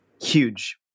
Huge